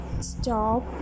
stop